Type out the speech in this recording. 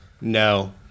No